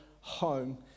home